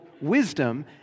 wisdom